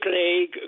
league